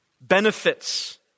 benefits